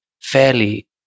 fairly